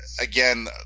again